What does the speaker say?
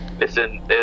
listen